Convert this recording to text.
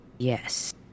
Yes